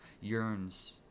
yearns